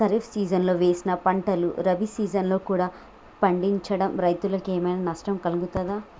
ఖరీఫ్ సీజన్లో వేసిన పంటలు రబీ సీజన్లో కూడా పండించడం రైతులకు ఏమైనా నష్టం కలుగుతదా?